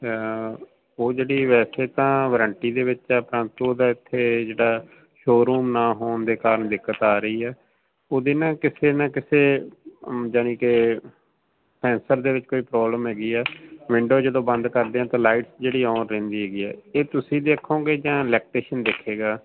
ਉਹ ਜਿਹੜੀ ਵੈਸੇ ਤਾਂ ਵਾਰੰਟੀ ਦੇ ਵਿੱਚ ਆ ਪਰੰਤੂ ਦਾ ਇਥੇ ਜਿਹੜਾ ਸ਼ੋਰੂਮ ਨਾ ਹੋਣ ਦੇ ਕਾਰਨ ਦਿੱਕਤ ਆ ਰਹੀ ਆ ਉਹਦੀ ਨਾ ਕਿੱਥੇ ਨਾ ਕਿੱਥੇ ਜਾਣੀ ਕਿ ਸੈਂਸਰ ਦੇ ਵਿੱਚ ਕੋਈ ਪ੍ਰੋਬਲਮ ਹੈਗੀ ਆ ਵਿੰਡੋ ਜਦੋਂ ਬੰਦ ਕਰਦੇ ਤਾਂ ਲਾਈਟ ਜਿਹੜੀ ਔਨ ਰਹਿੰਦੀ ਹੈਗੀ ਆ ਇਹ ਤੁਸੀਂ ਦੇਖੋਂਗੇ ਜਾਂ ਇਲੈਕਟ੍ਰੀਸ਼ਨ ਦੇਖੇਗਾ